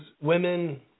women